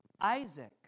Isaac